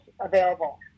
available